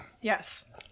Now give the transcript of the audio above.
Yes